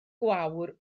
gwawr